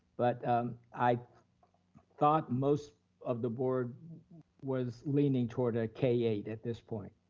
but i thought most of the board was leaning toward a k eight at this point.